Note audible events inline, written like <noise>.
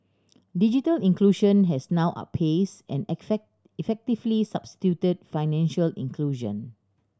digital inclusion has now outpaced and <unintelligible> effectively substituted financial inclusion